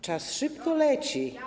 Czas szybko leci.